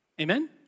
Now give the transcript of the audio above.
amen